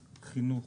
חינוך.